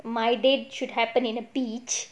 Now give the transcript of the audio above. my date should happen in a beach